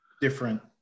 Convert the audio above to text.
different